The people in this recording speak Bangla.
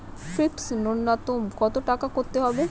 ফিক্সড নুন্যতম কত টাকা করতে হবে?